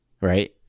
right